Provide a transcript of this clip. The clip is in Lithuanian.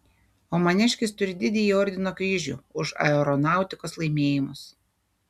o maniškis turi didįjį ordino kryžių už aeronautikos laimėjimus